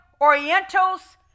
Orientals